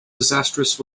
disastrous